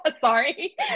Sorry